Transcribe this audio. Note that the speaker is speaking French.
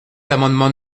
l’amendement